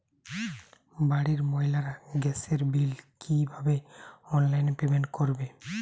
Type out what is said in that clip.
বাড়ির মহিলারা গ্যাসের বিল কি ভাবে অনলাইন পেমেন্ট করবে?